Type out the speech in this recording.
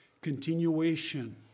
Continuation